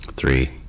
Three